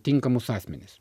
tinkamus asmenis